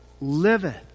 liveth